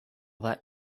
that